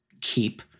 keep